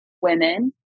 women